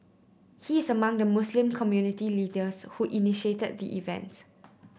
he is among the Muslim community leaders who initiated the event